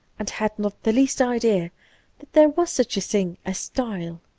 and had not the least idea that there was such a thing as style.